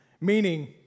meaning